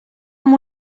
amb